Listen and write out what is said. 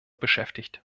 beschäftigt